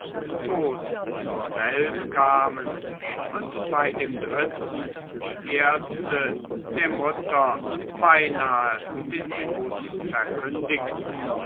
tot zur welt kamen und bei dem dritten die ärzte der mutter beinahe den tod verkündigten